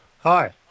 Hi